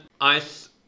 ice